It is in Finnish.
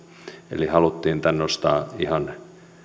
eli haluttiin tämä nostaa ihan